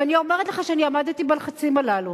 ואני אומרת לך שעמדתי בלחצים הללו.